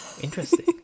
interesting